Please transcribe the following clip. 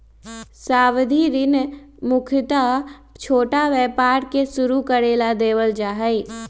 सावधि ऋण मुख्यत छोटा व्यापार के शुरू करे ला देवल जा हई